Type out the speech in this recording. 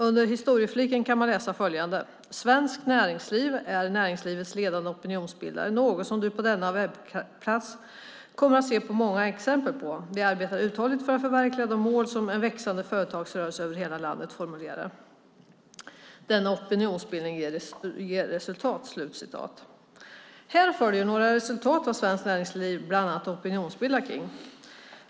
Under historiefliken kan man läsa följande: "Svenskt Näringsliv är näringslivets ledande opinionsbildare, något som Du på denna webbplats kommer att se många exempel på. Vi arbetar uthålligt för att förverkliga de mål som en växande företagsrörelse över hela landet formulerar. Denna opinionsbildning ger resultat." Här följer några exempel på vad Svenskt Näringsliv bildar opinion kring.